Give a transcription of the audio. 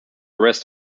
rest